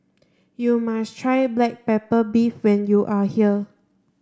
you must try black pepper beef when you are here